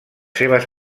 seves